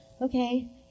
Okay